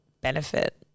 benefit